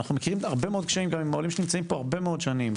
אנחנו מכירים הרבה מאוד קשיים גם עם העולים שנמצאים פה הרבה מאוד שנים.